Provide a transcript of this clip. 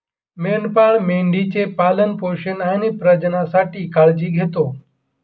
मेंढपाळ मेंढी चे पालन पोषण आणि प्रजननासाठी काळजी घेतो